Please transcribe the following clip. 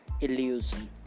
illusion